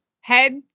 head